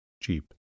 Jeep